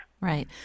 Right